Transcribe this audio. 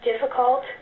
difficult